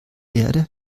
erde